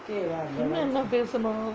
இன்னும் என்னா பேசணும்:innum ennaa pesanum